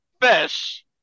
fish